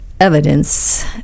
evidence